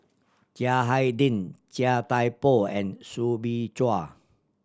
Chiang Hai Ding Chia Thye Poh and Soo Bin Chua